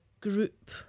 group